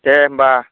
दे होमब्ला